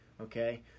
Okay